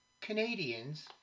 Canadians